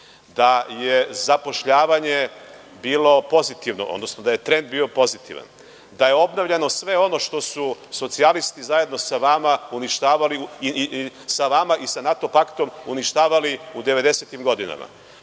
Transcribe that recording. Zapošljavanje bilo pozitivno, odnosno da je trend bio pozitivan. Obnovljeno je sve ono što su socijalisti zajedno sa vama i sa NATO paktom uništavali u devedesetim godinama.